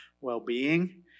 well-being